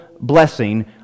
blessing